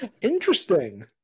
Interesting